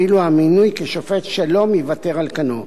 ואילו המינוי כשופט שלום ייוותר על כנו.